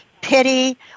pity